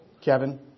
Kevin